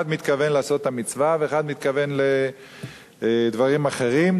אחד מתכוון לעשות את המצווה ואחד מתכוון לדברים אחרים.